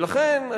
ולכן,